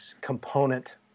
component